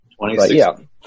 2016